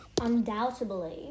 Undoubtedly